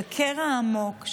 של קרע עמוק,